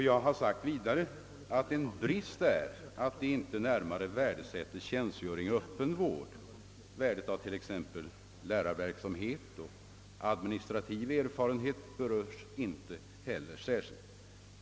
Jag har vidare sagt: »En brist är att de inte närmare värdesätter tjänstgöring i öppen vård. Värdet av t.ex. lärarverksamhet och administrativ erfarenhet berörs inte heller särskilt.